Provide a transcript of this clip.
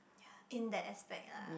ya in that aspect lah